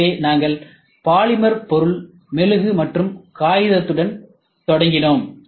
எனவே நாங்கள் பாலிமர் பொருள் மெழுகு மற்றும் காகிதத்துடன் தொடங்கினோம்